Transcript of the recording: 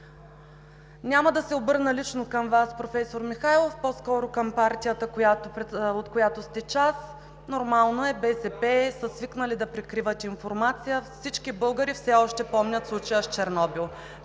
няма да се обърна лично към Вас, професор Михайлов, а по-скоро към партията, от която сте част. Нормално е, БСП са свикнали да прикриват информация. Всички българи все още помнят случая с Чернобил.